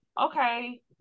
okay